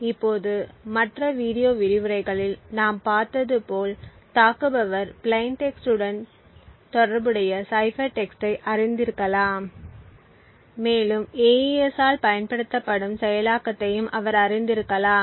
இப்போது மற்ற வீடியோ விரிவுரைகளில் நாம் பார்த்தது போல் தாக்குபவர் பிளைன் டெக்ஸ்ட் உடன் தொடர்புடைய சைபர் டெக்ஸ்ட்டை அறிந்திருக்கலாம் மேலும் AES இல் பயன்படுத்தப்படும் செயலாக்கத்தையும் அவர் அறிந்திருக்கலாம்